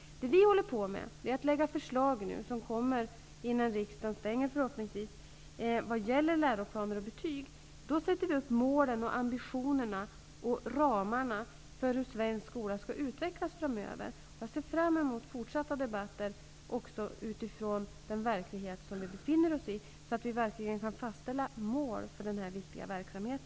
Det som vi nu håller på med är att utarbeta förslag, som förhoppningsvis kommer att läggas fram innan riksmötet har avslutats, vad gäller läroplaner och betyg. Vi sätter där upp målen, ambitionerna och ramarna för hur svensk skola skall utvecklas framöver. Jag ser fram emot fortsatta debatter också utifrån den verklighet som vi befinner oss i, så att vi verkligen kan fastställa mål för denna viktiga verksamhet.